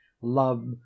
love